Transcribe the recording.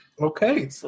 Okay